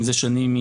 משה שנים,